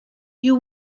you